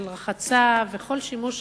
של רחצה וכל שימוש